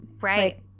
right